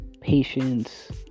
patience